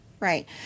Right